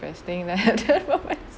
that's thing that about myself